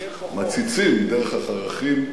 היה קיר, מציצים דרך החרכים.